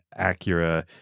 acura